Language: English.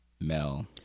Mel